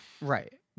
Right